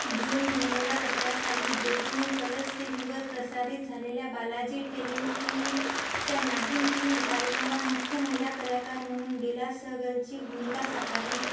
जून दोन हजार अठरा साली ज्योतीने कलर्स टीवीवर प्रसारित झालेल्या बालाजी टेलिमफिल्म च्या नागिन थ्री कार्यक्रमात मुख्य महिला कलाकार म्हणून बेला सहगलची भूमिका साकारली